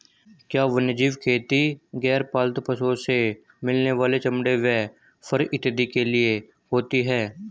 क्या वन्यजीव खेती गैर पालतू पशुओं से मिलने वाले चमड़े व फर इत्यादि के लिए होती हैं?